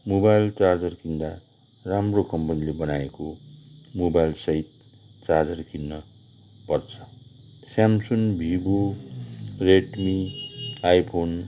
mobile charger किन्दा राम्रो कम्पनीले बनाएको मोबाइल सहित चार्जर किन्नपर्छ स्यामसङ भिभो रेडमी आइफोन